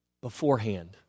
beforehand